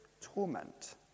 torment